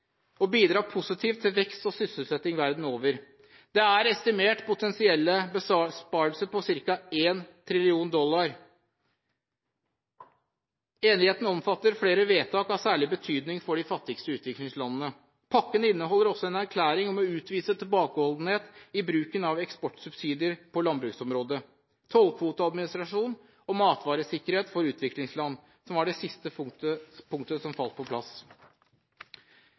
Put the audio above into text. og bidra positivt til vekst og sysselsetting verden over. Det er estimert potensielle besparelser på ca. 1 billion amerikanske dollar. Enigheten omfatter flere vedtak av særlig betydning for de fattigste utviklingslandene. Pakken inneholder også en erklæring om å utvise tilbakeholdenhet i bruken av eksportsubsidier på landbruksområdet, tollkvoteadministrasjon og matvaresikkerhet for utviklingsland, som var det siste punktet som falt på plass.